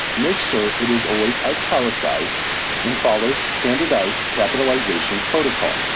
make sure it is always italicized and follows standardized capitalization protocol.